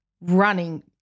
running